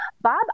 Bob